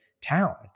talent